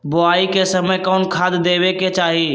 बोआई के समय कौन खाद देवे के चाही?